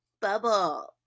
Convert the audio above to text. bubble